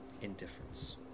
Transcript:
indifference